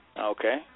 Okay